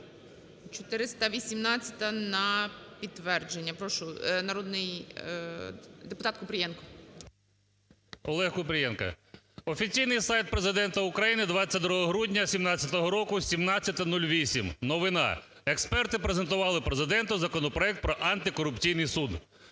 ОлегКупрієнко. Офіційний сайт Президента України, 22 грудня 2017 року, 17:08, новина: "Експерти презентували Президенту законопроект про антикорупційний суд,